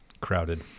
crowded